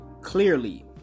clearly